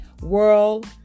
world